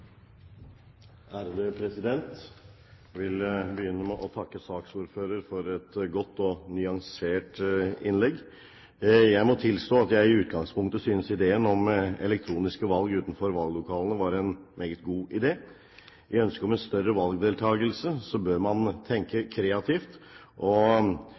vil begynne med å takke saksordføreren for et godt og nyansert innlegg. Jeg må tilstå at jeg i utgangspunktet syntes ideen om elektroniske valg utenfor valglokalene var meget god. I ønsket om en større valgdeltakelse bør man tenke kreativt, og